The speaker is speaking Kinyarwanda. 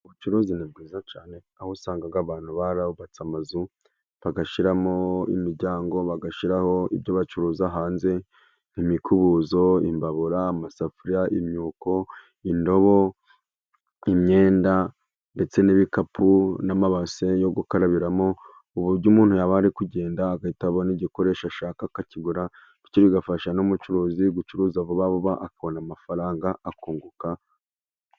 Ubucuruzi ni bwiza cyane aho usanga abantu barubatse amazu bagashyiramo imiryango bagashyiraho ibyo bacuruza hanze nk'imikubuzo, imbabura, amasafuriya, imyuko, indobo, imyenda ndetse n'ibikapu n'amabase yo gukarabiramo. Uburyo umuntu yaba ari kugenda agahita abona igikoresho ashaka akakigura bityo bigafasha n'umucuruzi gucuruza vuba vuba akabona amafaranga akunguka.